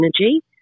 energy